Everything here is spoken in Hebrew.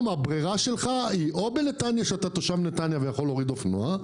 הברירה שלך היא או בנתניה כשאתה תושב נתניה ויכול להוריד אופנוע,